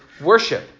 worship